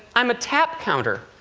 i'm a tap counter.